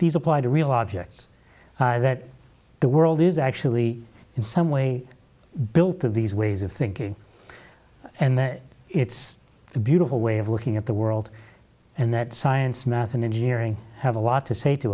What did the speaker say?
these apply to real objects that the world is actually in some way built of these ways of thinking and it's a beautiful way of looking at the world and that science math and engineering have a lot to say to